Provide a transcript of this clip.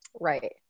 Right